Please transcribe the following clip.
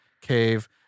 cave